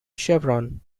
chevron